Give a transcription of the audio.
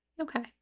Okay